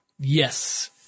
Yes